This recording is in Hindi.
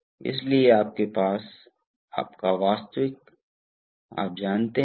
तो यह है इसलिए हम उपयोग करते हैं जिसे आनुपातिक और सर्वो वाल्व के रूप में जाना जाता है